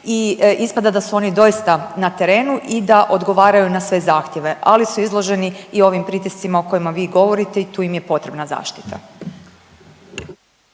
i ispada da su oni doista na terenu i da odgovaraju na sve zahtjeve, ali su izloženi i ovim pritiscima o kojima vi govorite i tu im je potrebna zaštita.